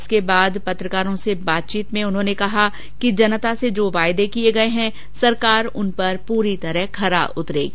इसके बाद पत्रकारों से बातचीत में उन्होंने कहा कि जनता से जो वादे किये गये है सरकार उन पर पूरी तरह खरी उतरेगी